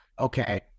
okay